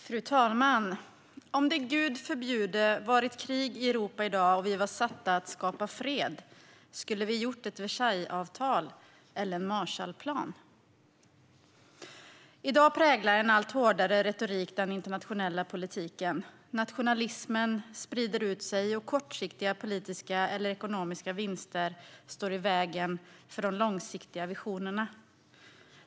Fru talman! Om det, Gud förbjude, varit krig i Europa i dag och vi var satta att skapa fred, skulle vi då gjort ett Versaillesavtal eller en Marshallplan? I dag präglar en allt hårdare retorik den internationella politiken, nationalismen sprider ut sig och kortsiktiga politiska eller ekonomiska vinster står i vägen för de långsiktiga visionerna.